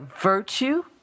virtue